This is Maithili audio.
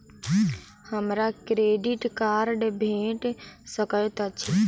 हमरा क्रेडिट कार्ड भेट सकैत अछि?